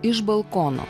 iš balkono